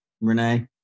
Renee